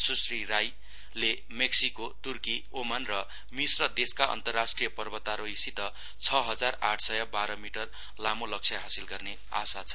सृश्री राईले मेक्सीको तुर्की ओमान र मिस्र देशका अन्तरराष्ट्रिय पर्वतारोहीसित छ हजार आठ सय बाह्र मिटर लामो लक्ष्य हासिल गर्ने आशा छ